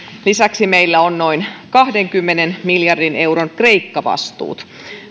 lisäksi meillä on noin kahdenkymmenen miljardin euron kreikka vastuut